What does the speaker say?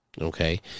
okay